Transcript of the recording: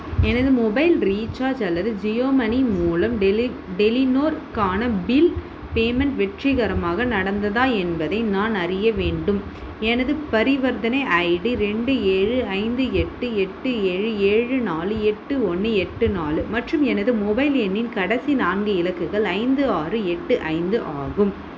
எனது mobile recharge அல்லது Jio money மூலம் டெலி டெலினோர்க்கான பில் பேமெண்ட் வெற்றிகரமாக நடந்ததா என்பதை நான் அறிய வேண்டும் எனது பரிவர்த்தனை ஐடி ரெண்டு ஏழு ஐந்து எட்டு எட்டு ஏழு ஏழு நாலு எட்டு ஒன்று எட்டு நாலு மற்றும் எனது மொபைல் எண்ணின் கடைசி நான்கு இலக்குகள் ஐந்து ஆறு எட்டு ஐந்து ஆகும்